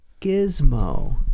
Gizmo